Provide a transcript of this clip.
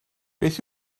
beth